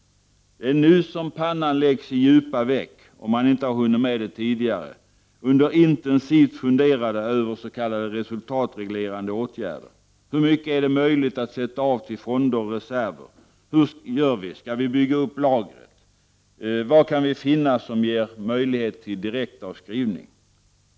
Det är nu som pannan läggs i djupa veck — om man inte har hunnit med det tidigare — under intensivt funderande över s.k. resultatreglerande åtgärder. Hur mycket är det möjligt att sätta av till fonder och reserver? Hur gör vi? Skall vi bygga upp lagret? Vad kan vi finna som ger möjlighet till direktavskrivning?